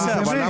דנא.